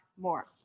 more